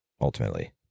ultimately